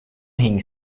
hing